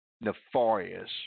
nefarious